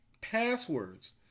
passwords